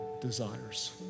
desires